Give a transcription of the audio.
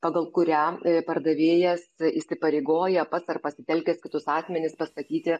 pagal kurią pardavėjas įsipareigoja pats ar pasitelkęs kitus asmenis pastatyti